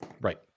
Right